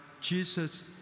Jesus